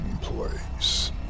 place